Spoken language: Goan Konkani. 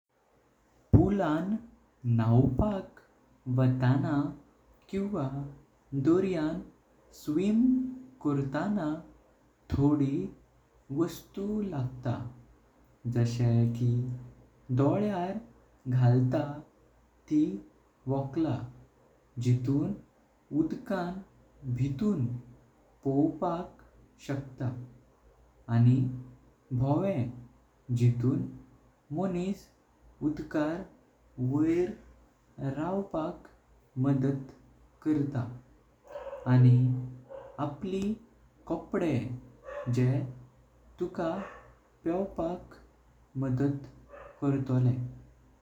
पूलां नावपाक वटणा किवां दोर्यां स्वीम कोरतना थोड़ी वस्तु लागतां। जशे कि डोल्यार घालतां ती वोकलां जितून उदकां भितून पवपाक शकता। आनी भोंवे जितून मणिस उदकार वोर रावपाक मदत करतात आनी अपली कोपडे जे तुका पेवपाक मदत कर्तोलेम।